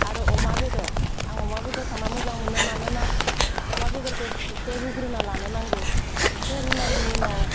आरो अमा बेदर आं अमा बेदर संना मोजां मोनो मानोना अमा बेदरखौ एसे रुग्रोना लानो नांगौ एसे रुनायनि उनाव